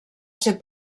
ser